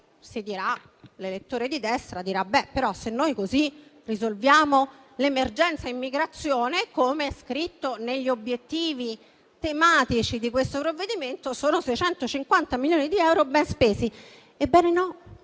L'elettore di destra dirà che se in tal modo risolviamo l'emergenza immigrazione, come è scritto negli obiettivi tematici di questo provvedimento, sono 650 milioni di euro ben spesi. Ebbene no,